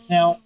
Now